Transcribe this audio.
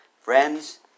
Friends